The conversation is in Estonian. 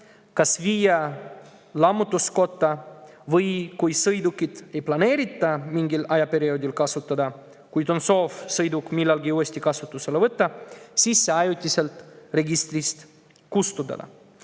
või viia lammutuskotta või kui sõidukit ei planeerita mingil ajaperioodil kasutada, kuid on soov sõiduk millalgi uuesti kasutusele võtta, siis see ajutiselt registrist kustutada.